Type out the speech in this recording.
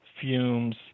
fumes